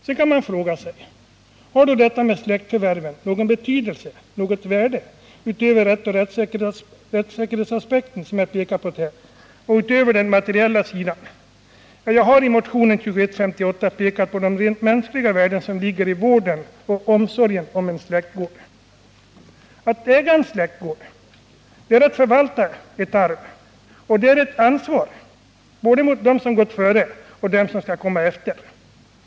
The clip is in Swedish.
Sedan kan man fråga sig: Har detta med släktförvärven någon betydelse, något värde bortsett från rättssäkerhetsaspekten som jag pekat på och den materiella sidan? Jag har i motionen 2158 pekat på de rent mänskliga värden som ligger i vården av och omsorgen om en släktgård. Att äga en släktgård är att förvalta ett arv, och det är ett ansvar både mot dem som gått före och dem som skall komma efter.